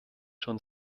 schon